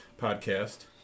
podcast